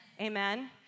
Amen